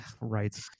right